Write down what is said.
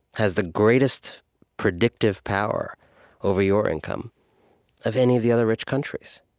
has the greatest predictive power over your income of any of the other rich countries.